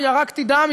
וירקתי דם,